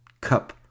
cup